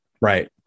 right